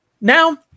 now